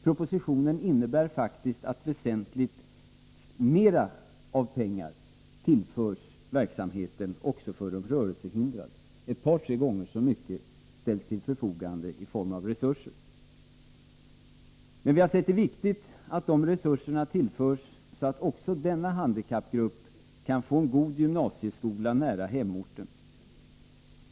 Propositionen innebär faktiskt att väsentligt mera pengar tillförs verksamheten också för de rörelsehindrade: ett par tre gånger så mycket ställs till förfogande i form av resurser. Men vi har ansett det vara viktigt att de resurserna tillförs, så att också denna handikappgrupp kan få en god gymnasieskola nära hemorten.